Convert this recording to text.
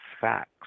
facts